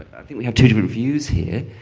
i think we have two different views here.